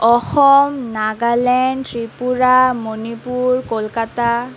Assam Nagaland Tripura Manipur Kolkata